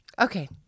Okay